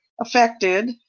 affected